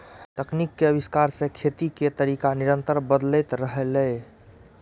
तकनीक के आविष्कार सं खेती के तरीका निरंतर बदलैत रहलैए